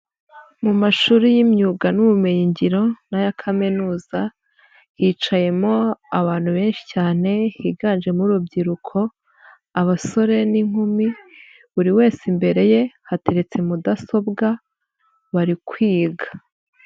Mu mashuri y'imyuga n'ubumenyingiro n'aya kaminuza, hicayemo abantu benshi cyane higanjemo urubyiruko, abasore n'inkumi, buri wese imbere ye hateretse mudasobwa, bari kwiga.